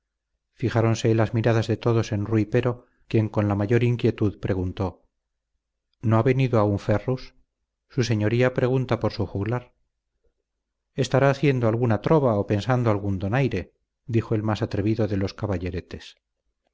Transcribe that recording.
bajo fijáronse las miradas de todos en rui pero quien con la mayor inquietud preguntó no ha venido aún ferrus su señoría pregunta por su juglar estará haciendo alguna trova o pensando algún donaire dijo el más atrevido de los caballeretes